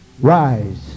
rise